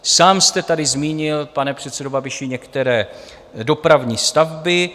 Sám jste tady zmínil, pane předsedo Babiši, některé dopravní stavby.